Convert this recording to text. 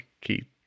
key